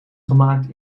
gemaakt